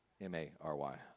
M-A-R-Y